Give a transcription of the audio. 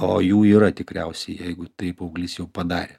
o jų yra tikriausiai jeigu tai paauglys jau padarė